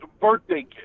birthday